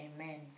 Amen